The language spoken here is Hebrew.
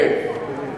מאיר,